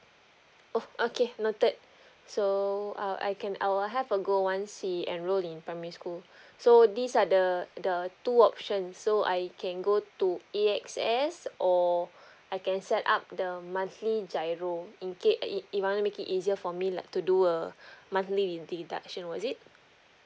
oh okay noted so uh I can I'll have a go once he enrol in primary school so these are the the two options so I can go to A_X_S or I can set up the monthly GIRO in ca~ i~ if I want to make it easier for me like to do a monthly de~ deduction was it